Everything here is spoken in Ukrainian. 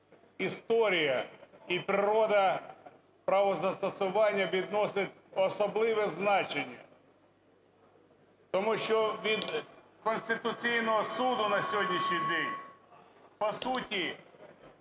історія і природа правозастосування відносин – особливе значення. Тому що від Конституційного Суду на сьогоднішній день по суті